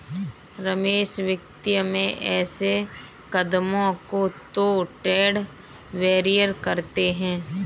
रमेश वित्तीय में ऐसे कदमों को तो ट्रेड बैरियर कहते हैं